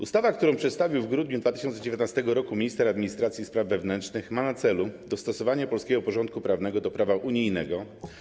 Ustawa, którą przedstawił w grudniu 2019 r. minister administracji i spraw wewnętrznych, ma na celu dostosowanie polskiego porządku prawnego do prawa unijnego.